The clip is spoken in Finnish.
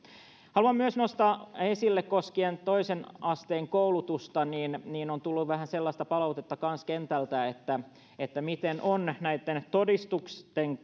haluan nostaa esille koskien toisen asteen koulutusta myös että kentältä on tullut kanssa vähän sellaista palautetta että miten on näitten todistusten